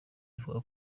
avuga